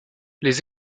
les